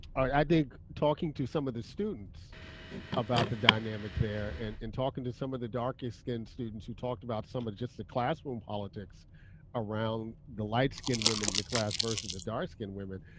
i think talking to some of the students about the dynamic there and and talking to some of the darkest skin students who talked about some of just the classroom politics around the light skinned women in the class versus the dark skinned women,